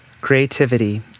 Creativity